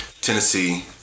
Tennessee